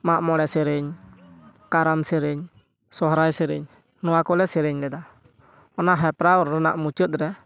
ᱢᱟᱜᱼᱢᱚᱬᱮ ᱥᱮᱨᱮᱧ ᱠᱟᱨᱟᱢ ᱥᱮᱨᱮᱧ ᱥᱚᱦᱚᱨᱟᱭ ᱥᱮᱨᱮᱧ ᱱᱚᱣᱟ ᱠᱚᱞᱮ ᱥᱮᱨᱮᱧ ᱞᱮᱫᱟ ᱚᱱᱟ ᱦᱮᱯᱨᱟᱣ ᱨᱮᱱᱟᱜ ᱢᱩᱪᱟᱹᱫ ᱨᱮ